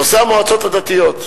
נושא המועצות הדתיות,